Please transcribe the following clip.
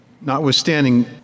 notwithstanding